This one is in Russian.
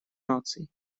наций